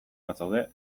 bazaude